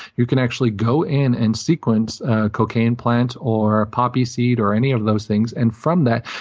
you can actually go in and sequence cocaine plants or poppy seed or any of those things. and from that,